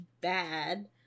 bad